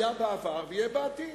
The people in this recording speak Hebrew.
היה בעבר ויהיה בעתיד.